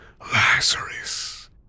Lazarus